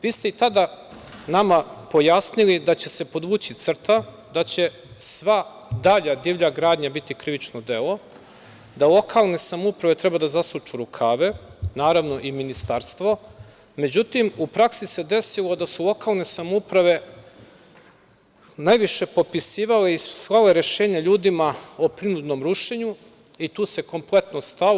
Vi ste i tada nama pojasnili da će se podvući crta, da će sva dalja divlja gradnja biti krivično delo, da lokalne samouprave treba da zasuču rukave, naravno i ministarstvo, međutim u praksi se desilo da su lokalne samouprave najviše potpisivale i slale rešenja ljudima o prinudnom rušenju i tu se kompletno stalo.